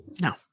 No